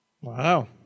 Wow